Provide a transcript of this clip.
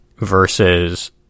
Versus